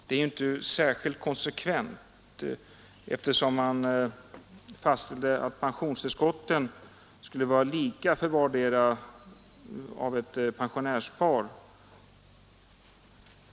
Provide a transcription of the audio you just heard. Detta är inte särskilt konsekvent, eftersom man fastställde att pensionstillskotten skulle vara lika för vardera personen i ett pensionärspar.